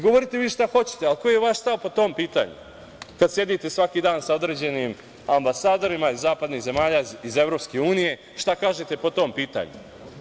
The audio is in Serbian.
Govorite vi šta hoćete, ali koji je vaš stav po tom pitanju, kad sedite svaki dan sa određenim ambasadorima iz zapadnih zemalja, iz EU, šta kažete po tom pitanju?